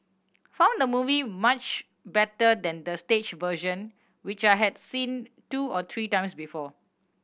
found the movie much better than the stage version which I had seen two or three times before